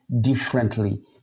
differently